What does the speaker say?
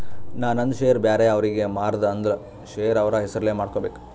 ನಾ ನಂದ್ ಶೇರ್ ಬ್ಯಾರೆ ಅವ್ರಿಗೆ ಮಾರ್ದ ಅಂದುರ್ ಶೇರ್ ಅವ್ರ ಹೆಸುರ್ಲೆ ಮಾಡ್ಕೋಬೇಕ್